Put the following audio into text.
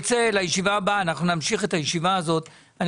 לישיבה הבאה אנחנו נמשיך את הישיבה הזאת אני